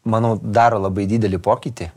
manau daro labai didelį pokytį